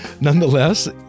Nonetheless